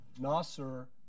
Nasser